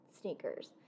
sneakers